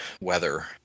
weather